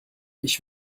ich